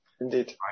Indeed